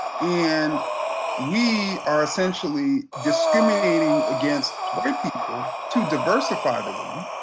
and we are essentially discriminating against white people to diversify the room,